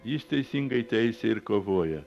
jis teisingai teisia ir kovoja